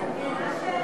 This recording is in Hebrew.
אשר, הסכמנו לזה.